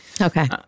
Okay